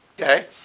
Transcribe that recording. okay